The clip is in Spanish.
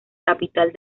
capital